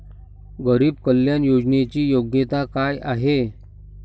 गरीब कल्याण योजनेची योग्यता काय आहे?